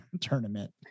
tournament